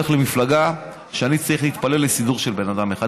למפלגה שאני צריך להתפלל בה לסידור של בן אדם אחד.